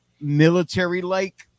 military-like